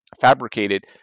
fabricated